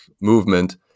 movement